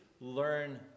learn